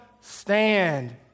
stand